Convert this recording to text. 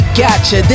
gotcha